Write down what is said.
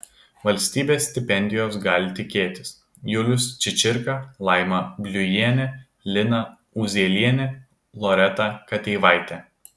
valstybės stipendijos gali tikėtis julius čičirka laima bliujienė lina uzielienė loreta kateivaitė